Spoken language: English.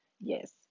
yes